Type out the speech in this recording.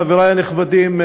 חברי הנכבדים,